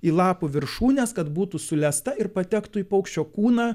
į lapų viršūnes kad būtų sulesta ir patektų į paukščio kūną